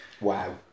Wow